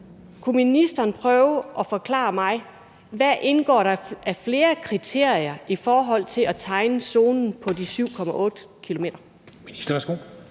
Kunne ministeren prøve at forklare mig, hvilke andre kriterier der indgår i forhold til at indtegne en zone på 7,8 km?